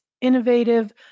innovative